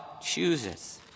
chooses